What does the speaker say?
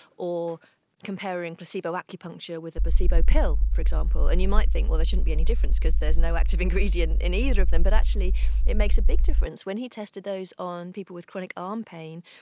or comparing placebo acupuncture with a placebo pill, for example. and you might think, well, there shouldn't be any difference because there is no active ingredient in either of them, but actually it makes a big difference. when he tested those on people with chronic arm pain,